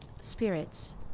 spirits